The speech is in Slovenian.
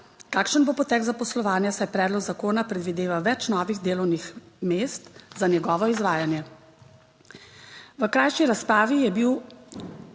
kakšen bo potek zaposlovanja, saj predlog zakona predvideva več novih delovnih mest za njegovo izvajanje. V krajši razpravi je bil